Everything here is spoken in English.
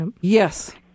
Yes